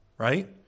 right